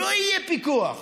לא יהיה פיקוח.